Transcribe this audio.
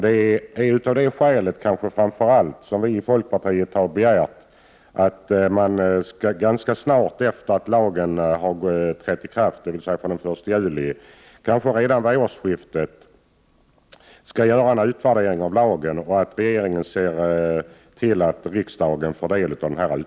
Det är framför allt av den anledningen som vi i folkpartiet har begärt att man ganska snart efter att lagen har trätt i kraft — dvs. den 1 juli —, kanske redan vid årsskiftet, skall göra en utvärdering av lagen. Regeringen skall då se till att riksdagen får del av utvärderingen.